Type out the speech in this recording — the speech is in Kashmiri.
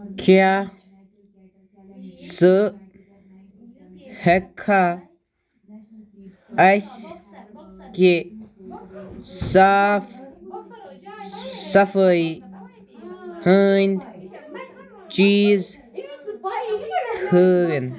کیٛاہ ژٕ ہیٚکھا اسہِ کہِ صاف صفٲیی ہِنٛدۍ چیٖز تھٲوِن